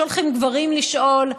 שולחים גברים לשאול,